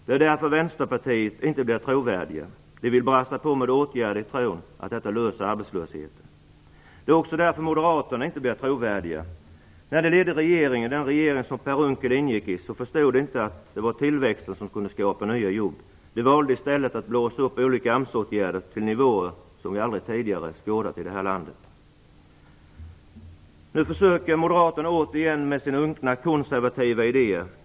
Det är därför Vänsterpartiet inte blir trovärdigt. Man vill brassa på med åtgärder i tron att det löser arbetslösheten. Det är också därför moderaterna inte blir trovärdiga. När de ledde regeringen - den regering som Per Unckel ingick i - förstod de inte att det var tillväxten som kunde skapa nya jobb. De valde i stället att blåsa upp olika AMS-åtgärder till nivåer som vi aldrig tidigare skådat i detta land. Nu försöker moderaterna återigen med sina unkna konservativa idéer.